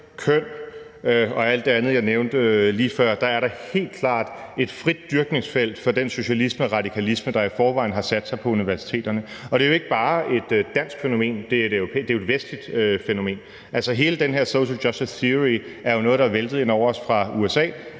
køn og alt det andet, jeg nævnte lige før, er der helt klart et frit dyrkningsfelt for den socialisme og radikalisme, der i forvejen har sat sig på universiteterne. Det er jo ikke bare et dansk fænomen, det er et vestligt fænomen. Altså, hele den her social justice theory er jo noget, der er væltet ind over os fra USA